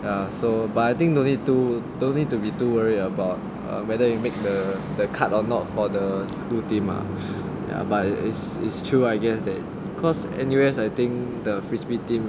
ya so but I think no need to don't need to be worry about whether you make the the cut or not for the school team ah but ya is is true I guess that cause N_U_S I think the frisbee team